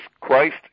Christ